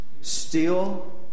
steal